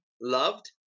loved